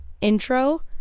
intro